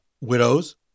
widows